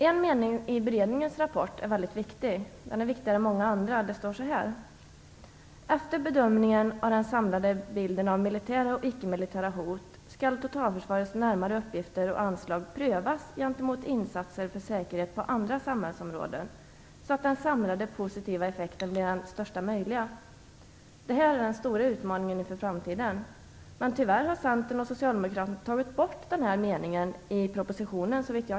En mening i beredningens rapport är viktigare än många andra: "Efter bedömningen av den samlade bilden av militära och ickemilitära hot, skall totalförsvarets närmare uppgifter och anslag prövas gentemot insatser för säkerhet på andra samhällsområden, så att den samlade positiva effekten blir den största möjliga." Detta är den stora utmaningen inför framtiden! Tyvärr har Centern och Socialdemokraterna, såvitt jag kan se, inte tagit med den meningen i propositionen.